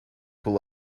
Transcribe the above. pull